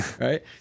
right